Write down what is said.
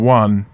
one